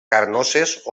carnoses